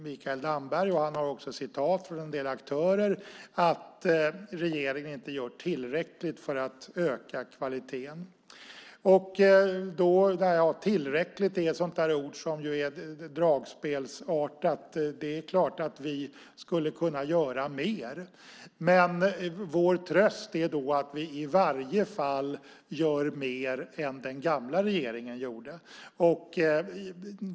Mikael Damberg menar, och han läser också upp citat från en del aktörer, att regeringen inte gör tillräckligt för att öka kvaliteten. Tillräckligt är ett dragspelsartat ord. Det är klart att vi skulle kunna göra mer. Men vår tröst är att vi i varje fall gör mer än den gamla regeringen gjorde.